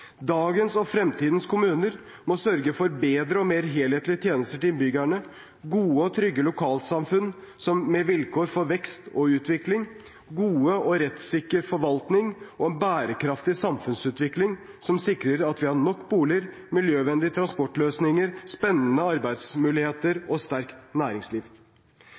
Dagens og fremtidens kommuner må sørge for bedre og mer helhetlige tjenester til innbyggerne gode og trygge lokalsamfunn med vilkår for vekst og utvikling god og rettsriktig forvaltning en bærekraftig samfunnsutvikling som sikrer at vi har nok boliger, miljøvennlige transportløsninger, spennende arbeidsmuligheter og et sterkt næringsliv